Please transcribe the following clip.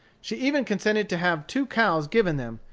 she even consented to have two cows given them,